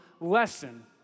lesson